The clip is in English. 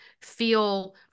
feel